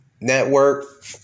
network